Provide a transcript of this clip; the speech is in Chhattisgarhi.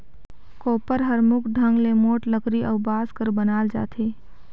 कोपर हर मुख ढंग ले मोट लकरी अउ बांस कर बनाल जाथे